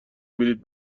بلیط